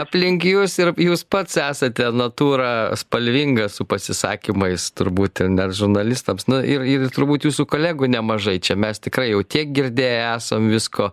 aplink jus ir jūs pats esate natūra spalvinga su pasisakymais turbūt net žurnalistams na ir ir turbūt jūsų kolegų nemažai čia mes tikrai jau tiek girdėję esam visko